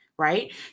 right